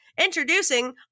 Introducing